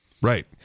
Right